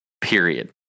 period